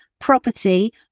property